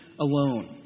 alone